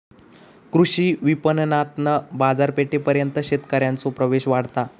कृषी विपणणातना बाजारपेठेपर्यंत शेतकऱ्यांचो प्रवेश वाढता